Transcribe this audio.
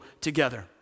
together